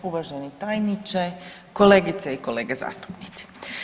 Uvaženi tajniče, kolegice i kolege zastupnici.